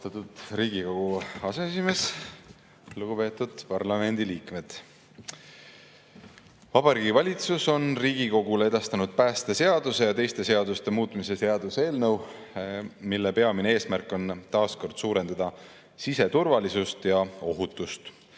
Vabariigi Valitsus on Riigikogule edastanud päästeseaduse ja teiste seaduste muutmise seaduse eelnõu, mille peamine eesmärk on taaskord suurendada siseturvalisust ja ohutust.